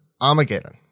Armageddon